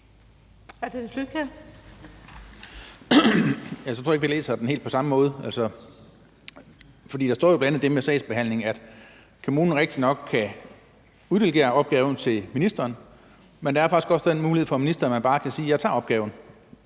jeg tror ikke, at vi læser det helt på samme måde, for der står jo bl.a. det om sagsbehandlingen, at kommunen rigtigt nok kan uddelegere opgaven til ministeren, men der er faktisk også den mulighed for ministeren bare at sige, at man tager opgaven